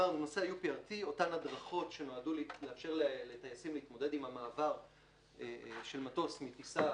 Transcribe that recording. אותן הדרכות שנועדו לאפשר לטייסים להתמודד עם המעבר של מטוס מטיסה